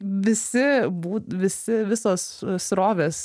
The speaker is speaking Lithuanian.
visi būt visi visos srovės